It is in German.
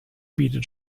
bietet